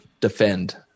defend